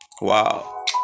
Wow